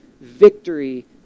victory